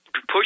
push